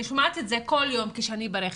אני שומעת את זה כל יום כשאני ברכב,